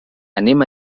anem